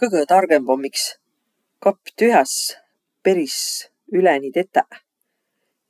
Kõgõ targõmb om iks kapp tühäs peris üleni tetäq